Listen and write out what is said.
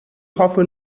hoffe